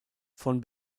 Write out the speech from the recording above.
von